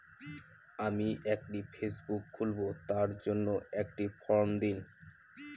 আমি একটি ফেসবুক খুলব তার জন্য একটি ফ্রম দিন?